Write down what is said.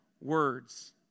words